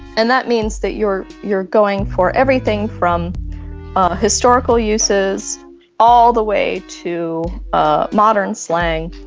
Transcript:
and that means that you're you're going for everything from historical uses all the way to ah modern slang.